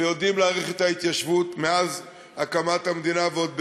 ויודעים להעריך את ההתיישבות מאז הקמת המדינה ועוד בטרם.